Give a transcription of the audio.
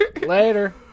Later